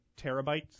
terabytes